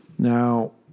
Now